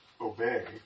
obey